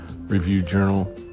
Review-Journal